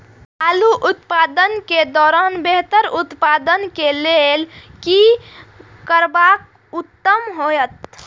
आलू उत्पादन के दौरान बेहतर उत्पादन के लेल की करबाक उत्तम होयत?